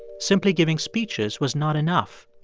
simply giving speeches was not enough.